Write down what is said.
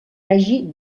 hagi